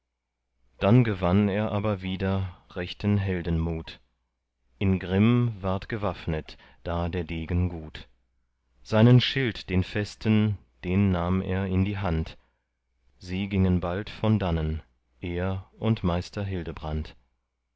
dann gewann er aber wieder rechten heldenmut im grimm ward gewaffnet da der degen gut seinen schild den festen den nahm er in die hand sie gingen bald von dannen er und meister hildebrand